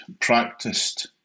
practiced